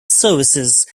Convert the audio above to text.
services